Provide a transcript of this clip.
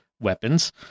weapons